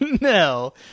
no